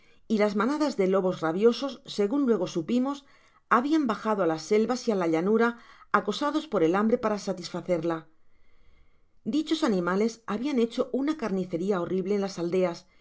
y las manadas dé lobos rabiosos segun luego supimos habian bajado á las selvas y á la llanura acosados por el hambre para satisfacerla dichos animales habian hecho una carniceria horrible en las aldeas